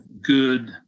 good